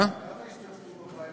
כמה השתתפו בפיילוט?